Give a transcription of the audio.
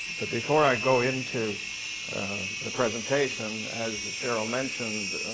but before i go into the presentation, as cheryl mentioned,